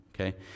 okay